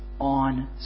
on